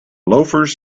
loafers